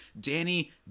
Danny